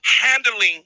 Handling